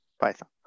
Python